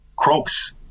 Croaks